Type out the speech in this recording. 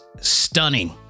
stunning